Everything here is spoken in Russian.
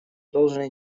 должен